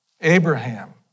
Abraham